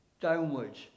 downwards